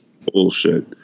Bullshit